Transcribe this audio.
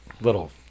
Little